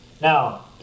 Now